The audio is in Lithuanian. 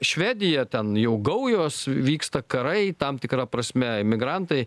švedija ten jau gaujos vyksta karai tam tikra prasme migrantai